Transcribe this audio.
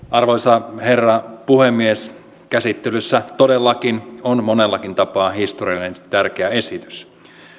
arvoisa herra puhemies käsittelyssä todellakin on monellakin tapaa historiallisen tärkeä esitys